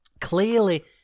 clearly